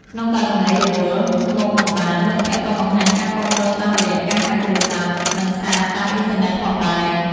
ក្នុងករណីរវល់ មកមិនបាន មិត្តភក្តិក៏បង្ហាញការគាំទ្រតាមរយៈការហៅទូរសព្ទ និងសារតាមអ៊ីនធឺណិតផងដែរ។